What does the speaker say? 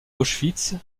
auschwitz